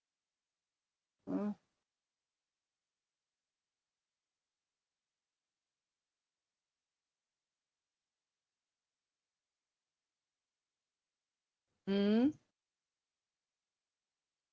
mm mm